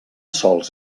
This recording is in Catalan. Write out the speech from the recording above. sols